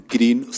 Green